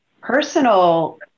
personal